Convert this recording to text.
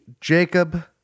jacob